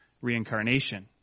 reincarnation